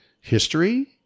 history